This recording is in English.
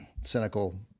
cynical